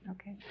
Okay